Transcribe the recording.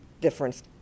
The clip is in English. difference